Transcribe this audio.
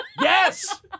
Yes